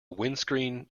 windscreen